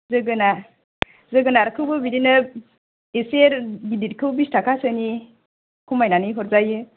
जोगोना जोगोनार खौबो बिदिनो एसे गिदिरखौ बिस थाखा सोनि खमायनानै हरजायो